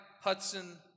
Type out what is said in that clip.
Hudson